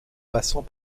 passant